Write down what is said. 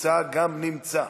נמצא גם נמצא.